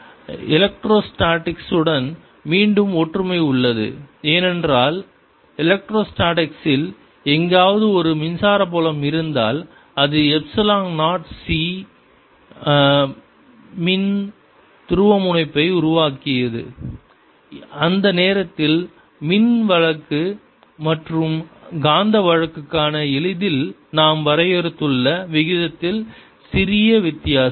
MMH எலக்ட்ரோஸ்டேடிக்ஸுடன் மீண்டும் ஒற்றுமை உள்ளது ஏனென்றால் எலக்ட்ரோஸ்டேடிக்ஸில் எங்காவது ஒரு மின்சார புலம் இருந்தால் அது எப்சிலன் நாட் சி மின் e துருவமுனைப்பை உருவாக்கியது அந்த நேரத்தில் மின் வழக்கு மற்றும் காந்த வழக்குக்கான எளிதில் நாம் வரையறுத்துள்ள விதத்தில் சிறிய வித்தியாசம்